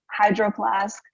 hydroplask